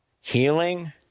healing